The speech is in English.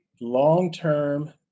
long-term